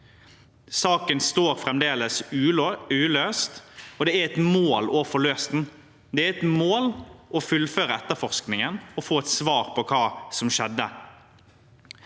Saken står fremdeles uløst, og det er et mål å få løst den – det er et mål å fullføre etterforskningen og få et svar på hva som skjedde.